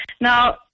Now